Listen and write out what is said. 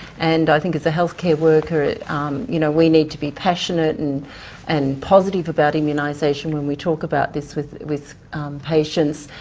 and, i think, as a healthcare worker, um you know we need to be passionate and and positive about immunisation when we talk about this with with patients.